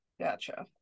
Gotcha